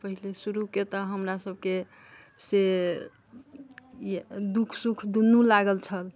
पहिने शुरूके तऽ हमरासभके से ई दुःख सुख दुनू लागल छल